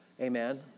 amen